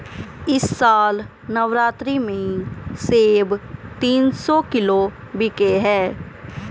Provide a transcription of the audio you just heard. इस साल नवरात्रि में सेब तीन सौ किलो बिके हैं